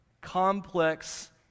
complex